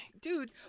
dude